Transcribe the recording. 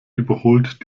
überholt